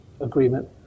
agreement